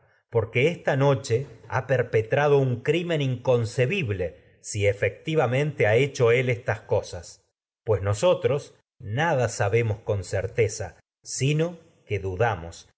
porque noche perpetrado un crimen inconcebible ha si efecti nada vamente hecho él estas cosas pues nosotros y sabemos con certeza sino que dudamos